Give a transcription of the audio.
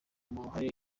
kubw’uruhare